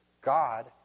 God